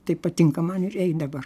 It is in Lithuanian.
tai patinka man ir eit dabar